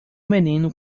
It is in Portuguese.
menino